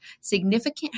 significant